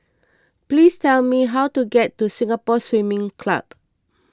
please tell me how to get to Singapore Swimming Club